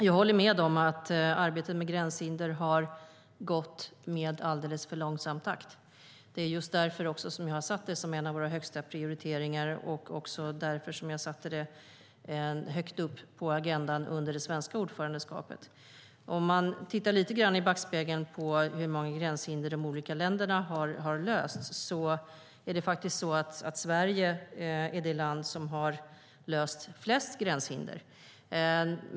Jag håller med om att arbetet med gränshinder har gått i alldeles för långsam takt. Det är just därför som jag har satt detta som en av våra högsta prioriteringar och därför som jag satte det högt upp på agendan under det svenska ordförandeskapet. Man kan titta lite grann i backspegeln på hur många gränshinder de olika länderna har löst. Det är faktiskt så att Sverige är det land som har löst flest gränshinder.